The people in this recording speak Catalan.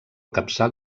capçal